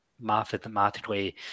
mathematically